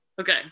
okay